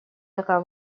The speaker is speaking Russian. такая